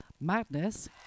Madness